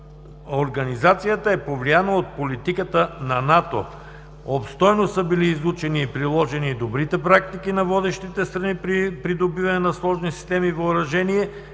организацията е повлияна от политиката на НАТО. Обстойно са били изучени и приложени добрите практики на водещите страни при придобиване на сложни системи и въоръжение,